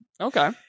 Okay